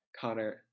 Connor